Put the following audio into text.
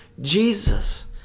Jesus